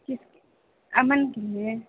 किसके अमन के लिए